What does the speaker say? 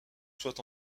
soit